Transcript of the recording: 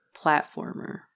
platformer